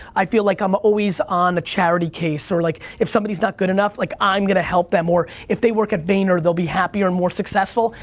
i feel like i'm always on a charity case, or like, if somebody's not good enough, like, i'm gonna help them, or, if they work at vayner, they'll be happier and more successful,